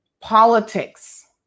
Politics